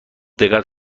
دقت